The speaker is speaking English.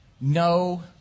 No